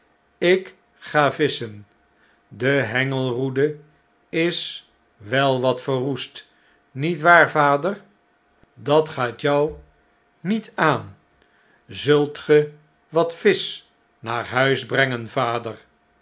ik ga visschen de hengelroede is wel watverroest niet waar vader s dat gaat jou niet aan zult ge wat visch naar huis brengen vader